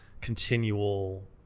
continual